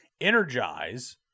energize